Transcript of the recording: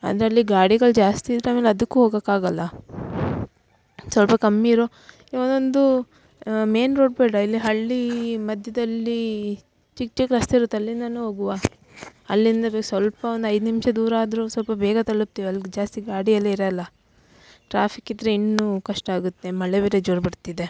ಅಂದ್ರಲ್ಲಿ ಗಾಡಿಗಳು ಜಾಸ್ತಿ ಇದ್ರೆ ಆಮೇಲೆ ಅದಕ್ಕು ಹೋಗೋಕ್ಕಾಗಲ್ಲ ಸ್ವಲ್ಪ ಕಮ್ಮಿ ಇರೊ ಈ ಒಂದೊಂದು ಮೇನ್ ರೋಡ್ ಬೇಡ ಇಲ್ಲಿ ಹಳ್ಳಿ ಮಧ್ಯದಲ್ಲಿ ಚಿಕ್ಕ ಚಿಕ್ಕ ರಸ್ತೆ ಇರುತ್ತೆ ಅಲ್ಲಿಂದ ಹೋಗುವ ಅಲ್ಲಿಂದವೆ ಸ್ವಲ್ಪ ಒಂದು ಐದು ನಿಮಿಷ ದೂರ ಆದರೂ ಸ್ವಲ್ಪ ಬೇಗ ತಲುಪ್ತಿವಿ ಅಲ್ಗೆ ಜಾಸ್ತಿ ಗಾಡಿ ಎಲ್ಲ ಇರೋಲ್ಲ ಟ್ರಾಫಿಕ್ ಇದ್ರೆ ಇನ್ನೂ ಕಷ್ಟ ಆಗುತ್ತೆ ಮಳೆ ಬೇರೆ ಜೋರು ಬರ್ತಿದೆ